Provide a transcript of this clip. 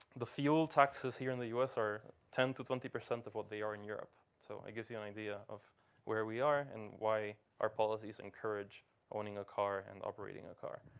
the fuel taxes here in the us are ten percent to twenty percent of what they are in europe. so it gives you an idea of where we are and why our policies encourage owning a car and operating a car.